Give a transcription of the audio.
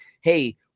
hey